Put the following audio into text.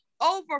over